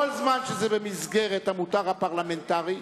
כל זמן שזה במסגרת המותר הפרלמנטרי,